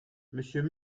monsieur